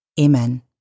Amen